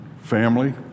family